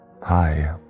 hi